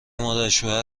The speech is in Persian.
مادرشوهر